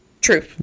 true